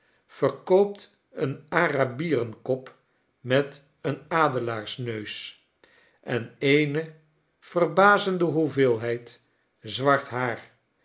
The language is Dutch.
verkoopt een arabierenkop met een adelaarsneus en eene verbazende hoeveelheid zwart haar